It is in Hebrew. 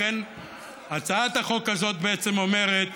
לכן הצעת החוק הזאת בעצם אומרת